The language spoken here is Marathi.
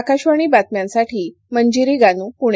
आकाशवाणी बातम्यांसाठी मंजिरी गान प्णे